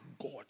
God